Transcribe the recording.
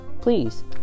please